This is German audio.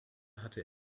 hatte